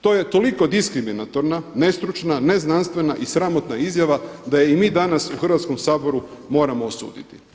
To je toliko diskriminatorna, nestručna, neznanstvena i sramotna izjava da je i mi danas u Hrvatskom saboru moramo osuditi.